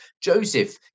Joseph